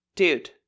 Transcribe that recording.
Dude